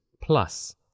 plus